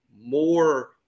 more